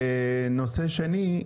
ונושא שני,